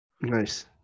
Nice